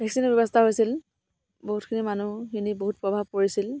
ভেকচিনৰ ব্যৱস্থা হৈছিল বহুতখিনি মানুহখিনিৰ বহুত প্ৰভাৱ পৰিছিল